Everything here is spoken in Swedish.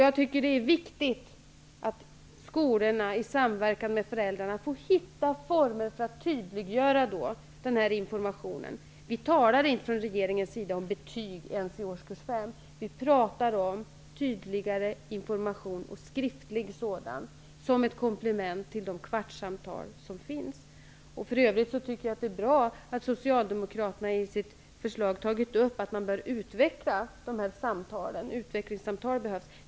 Jag tycker att det är viktigt att skolorna i samverkan med föräldrarna får hitta former för att tydliggöra den informationen. Vi talar inte från regeringens sida om betyg ens i årskurs 5, utan vi talar om tydligare information och skriftlig sådan som ett komplement till de kvartssamtal som förs. För övrigt tycker jag att det är bra att socialdemokraterna i sitt förslag sagt att man bör utveckla dessa samtal -- utvecklingssamtal behövs.